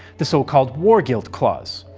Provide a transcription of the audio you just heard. the so-called war guilt clause,